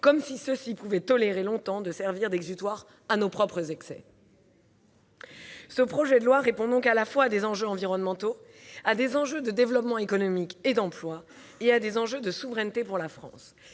comme si ceux-ci pouvaient tolérer longtemps de servir d'exutoires à nos propres excès. Ce projet de loi répond donc à la fois à des enjeux environnementaux, à des enjeux de développement économique et d'emploi et à des enjeux de souveraineté pour la France.